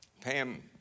Pam